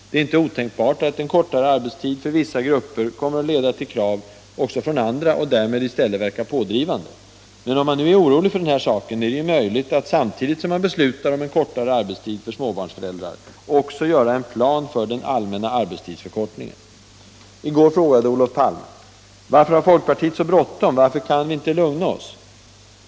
Det är inte otänkbart att kortare arbetstid för vissa grupper kommer att leda till krav också från andra och därmed i stället verka pådrivande. Men om man nu är orolig för den här saken, är det ju möjligt att, samtidigt som man beslutar om en kortare arbetstid för småbarnsföräldrar, också göra en plan för den allmänna arbetstidsförkortningen. I går frågade Olof Palme: Varför har folkpartiet så bråttom, varför kan man inte lugna sig?